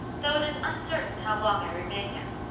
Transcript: though it is uncertain how long i remain there.